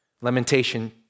Lamentation